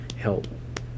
help